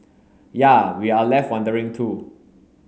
yea we're left wondering too